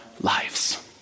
lives